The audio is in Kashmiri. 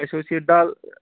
اَسہِ اوس یہِ ڈل